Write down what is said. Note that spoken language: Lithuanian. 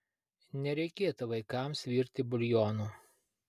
nereikėtų vaikams virti buljonų